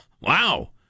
Wow